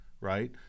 right